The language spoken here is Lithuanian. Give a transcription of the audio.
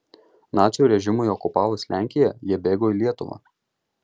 nacių režimui okupavus lenkiją jie bėgo į lietuvą